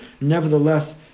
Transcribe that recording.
nevertheless